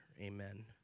Amen